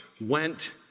went